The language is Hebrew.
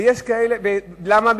למה?